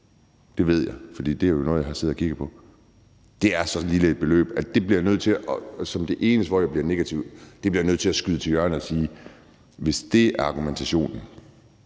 Det ved jeg, for det er jo noget, jeg har siddet og kigget på. Det er så lille et beløb, at jeg bliver nødt til – som det eneste, hvor jeg bliver negativ